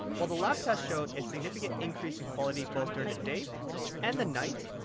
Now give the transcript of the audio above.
while the lab tests showed a significant increase in quality both during the day and the night.